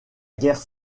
guerre